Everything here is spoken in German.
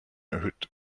erhöht